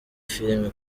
film